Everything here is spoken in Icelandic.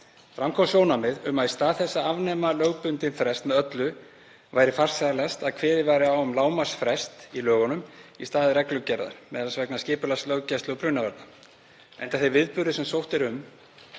Fram kom sjónarmið um að í stað þess að afnema lögbundinn frest með öllu væri farsælast að kveðið væri á um lágmarksfrest í lögunum í stað reglugerðar, m.a. vegna skipulags löggæslu og brunavarna, enda þeir viðburðir sem sótt er um